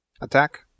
Attack